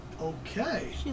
Okay